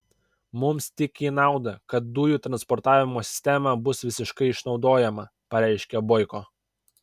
mums tik į naudą kad dujų transportavimo sistema bus visiškai išnaudojama pareiškė boiko